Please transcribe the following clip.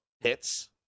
hits